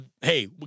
Hey